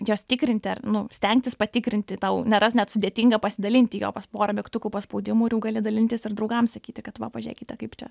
jos tikrinti ar nu stengtis patikrinti tau nėra net sudėtinga pasidalinti jo pas pora mygtukų paspaudimų ir jau gali dalintis ir draugams sakyti kad va pažiūrėkite kaip čia